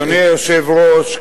אדוני היושב-ראש,